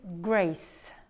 grace